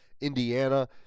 Indiana